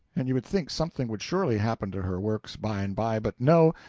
and you would think something would surely happen to her works, by and by but no,